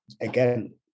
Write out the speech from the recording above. again